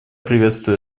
приветствую